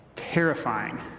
Terrifying